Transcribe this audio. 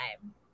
time